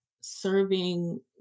serving